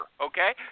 okay